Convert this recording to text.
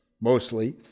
Mostly